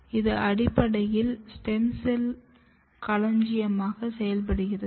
இது அடிப்படையில் stem cell களஞ்சியமாக செயல்படுகிறது